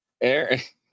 Eric